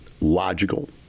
logical